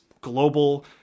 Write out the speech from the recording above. global